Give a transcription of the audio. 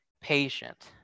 patient